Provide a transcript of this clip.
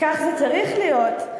כך זה צריך להיות,